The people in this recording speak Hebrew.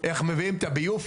איך מביאים את הביוב,